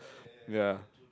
yeah